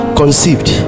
conceived